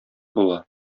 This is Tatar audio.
була